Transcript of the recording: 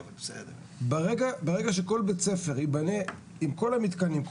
ברגע שכל בית ספר ייבנה עם כל המתקנים,